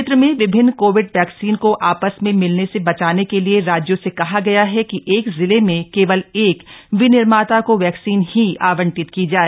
क्षेत्र में विभिन्न कोविड वैक्सीन को आपस में मिलने से बचाने के लिए राज्यों से कहा गया है कि एक जिले में केवल एक विनिर्माता की वैक्सीन ही आवंटित की जाए